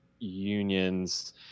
Unions